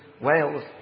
Wales